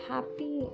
Happy